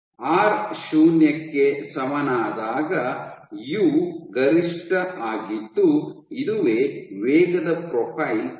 R ಶೂನ್ಯಕ್ಕೆ ಸಮನಾದಾಗ U ಗರಿಷ್ಠ ಆಗಿದ್ದು ಇದುವೇ ವೇಗದ ಪ್ರೊಫೈಲ್ ಆಗಿದೆ